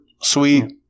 sweet